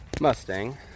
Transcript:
Mustang